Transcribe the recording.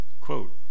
Quote